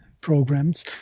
programs